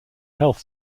health